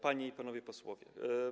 Panie i Panowie Posłowie!